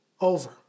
over